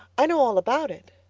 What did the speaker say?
i know all about it,